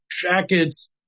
jackets